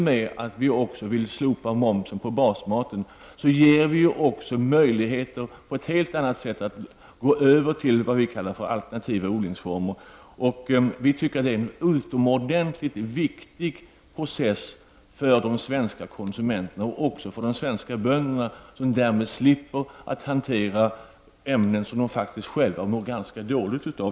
Vi vill också slopa momsen på basmaten och därmed ge möjligheter att på ett helt annat sätt gå över till vad vi kallar för alternativa odlingsformer. Vi tycker att det är en utomordentligt viktig process för de svenska konsumenterna och också för de svenska bönderna, som därmed slipper hantera ämnen som de faktiskt själva mår ganska dåligt av.